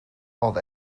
oedd